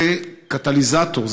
זה קטליזטור,